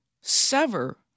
sever